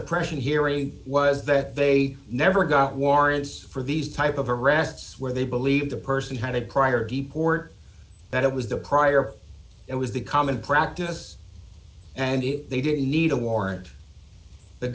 suppression hearing was that they never got warrants for these type of arrests where they believe the person had prior to the port that it was the prior it was the common practice and they didn't need a warrant the